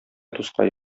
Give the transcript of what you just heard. дускай